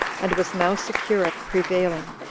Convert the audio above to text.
and was now secure of prevailing,